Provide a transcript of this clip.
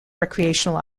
recreational